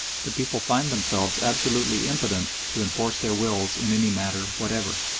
the people find themselves absolutely impotent to enforce their wills in any matter whatever.